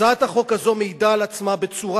הצעת החוק הזאת מעידה על עצמה בצורה